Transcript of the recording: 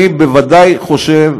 אני בוודאי חושב,